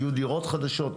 יהיו דירות חדשות,